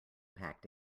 packed